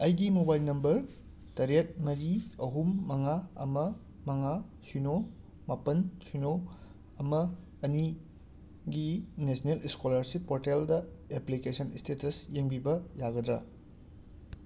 ꯑꯩꯒꯤ mobile number ꯇꯔꯦꯠ ꯃꯔꯤ ꯑꯍꯨꯝ ꯃꯉꯥ ꯑꯃ ꯃꯉꯥ ꯁꯤꯅꯣ ꯃꯥꯄꯟ ꯁꯤꯅꯣ ꯑꯃ ꯑꯅꯤꯒꯤ ꯅꯦꯁꯅꯦꯜ ꯏꯁꯀꯣꯂꯥꯔꯁꯤꯞ ꯄꯣꯔꯇꯦꯜꯗ ꯑꯦꯄ꯭ꯂꯤꯀꯦꯁꯟ ꯏꯁꯇꯦꯇꯁ ꯌꯦꯡꯕꯤꯕ ꯌꯥꯒꯗ꯭ꯔ